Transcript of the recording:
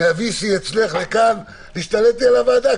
מי נגד?